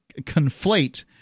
conflate